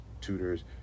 tutors